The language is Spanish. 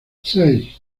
seis